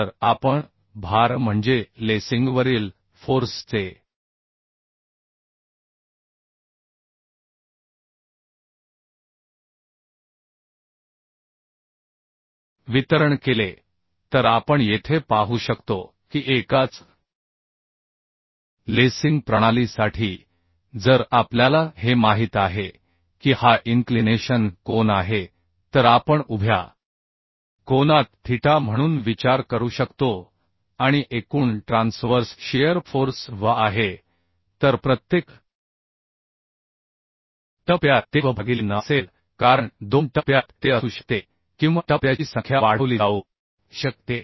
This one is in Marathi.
पुढे जर आपण भार म्हणजे लेसिंगवरील फोर्स चे वितरण केले तर आपण येथे पाहू शकतो की एकाच लेसिंग प्रणालीसाठी जर आपल्याला हे माहित आहे की हा इन्क्लिनेशन कोन आहे तर आपण उभ्या कोनात थीटा म्हणून विचार करू शकतो आणि एकूण ट्रान्सवर्स शिअर फोर्स V आहे तर प्रत्येक टप्प्यात ते V भागिले n असेल कारण दोन टप्प्यात ते असू शकते किंवा टप्प्याची संख्या वाढवली जाऊ शकते